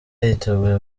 yiteguye